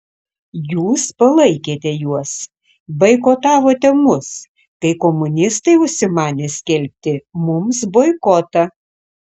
jūs palaikėte juos boikotavote mus kai komunistai užsimanė skelbti mums boikotą